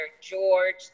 George